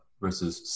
versus